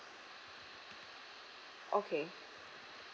okay